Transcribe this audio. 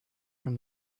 from